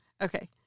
Okay